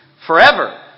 forever